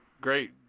great